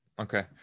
okay